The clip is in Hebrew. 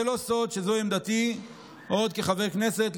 זה לא סוד שזו עמדתי עוד כחבר כנסת,